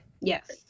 Yes